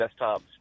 desktops